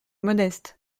modeste